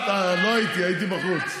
את, לא הייתי, הייתי בחוץ.